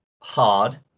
hard